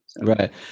Right